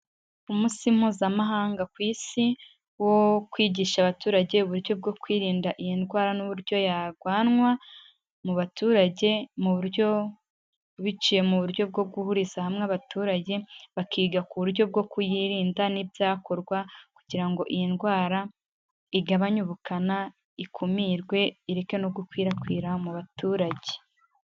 Umunsi mpuzamahanga ku isi, wo kwigisha abaturage uburyo bwo kwirinda iyi ndwara n'uburyo yarwanywa, mu baturage mu buryo biciye mu buryo bwo guhuriza hamwe abaturage, bakiga ku buryo bwo kuyirinda n'ibyakorwa kugira ngo iyi ndwara igabanye ubukana ikumirwe ireke no gukwirakwira mu baturage.